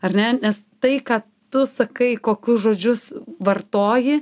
ar ne nes tai ką tu sakai kokius žodžius vartoji